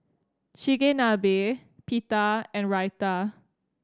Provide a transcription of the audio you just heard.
Chigenabe Pita and Raita